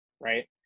right